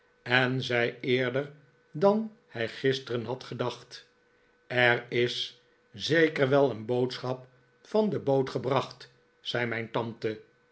en zei eerder dan hij gisteren had gedacht er is zeker wel een boodschap van de boot gebracht zei mijn tante